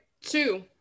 two